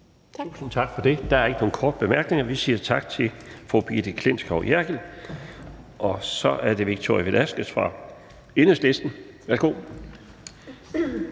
Tak.